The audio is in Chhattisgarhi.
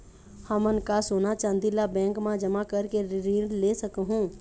हमन का सोना चांदी ला बैंक मा जमा करके ऋण ले सकहूं?